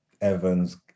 Evans